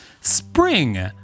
Spring